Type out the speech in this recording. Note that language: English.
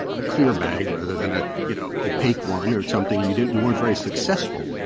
a clear bag rather than a, you know, opaque one or something. you didn't you weren't very successful.